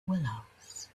willows